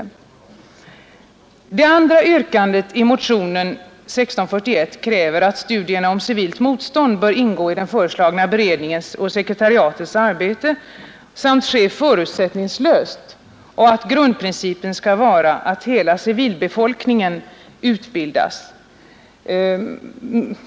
I det andra yrkandet i motionen 1641 krävs att studierna om civilt motstånd bör ingå i den föreslagna beredningens och sekretariatets arbete samt ske förutsättningslöst och att grundprincipen skall vara att hela civilbefolkningen utbildas.